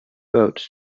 votes